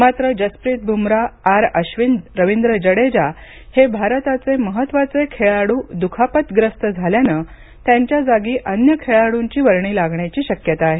मात्र जसप्रीत बुमरा आर अश्विन रवींद्र जडेजा हे भारताचे महत्त्वाचे खेळाडू दुखापतग्रस्त झाल्याने त्यांच्या जागी अन्य खेळाडूंची वर्णी लागण्याची शक्यता आहे